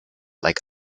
like